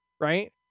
right